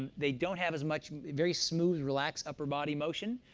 and they don't have as much very smooth, relaxed upper body motion,